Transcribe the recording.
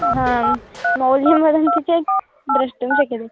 हाम् मौल्यं वदन्ति चेत् द्रष्टुं शक्यते